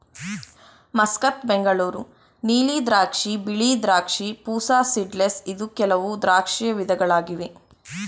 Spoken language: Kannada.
ಮಸ್ಕತ್, ಬೆಂಗಳೂರು ನೀಲಿ ದ್ರಾಕ್ಷಿ, ಬಿಳಿ ದ್ರಾಕ್ಷಿ, ಪೂಸಾ ಸೀಡ್ಲೆಸ್ ಇದು ಕೆಲವು ದ್ರಾಕ್ಷಿಯ ವಿಧಗಳಾಗಿವೆ